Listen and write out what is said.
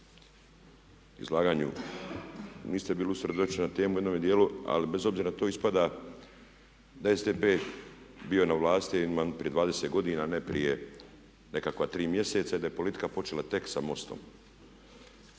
izlaganju niste bili usredotočeni na temu u jednome djelu ali bez obzira to ispada da je SDP bio na vlasti ma ima prije 20 godina ne prije nekakva 3 mjeseca i da je politika počela tek sa MOST-om.